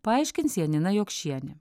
paaiškins janina jokšienė